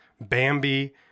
Bambi